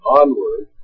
onward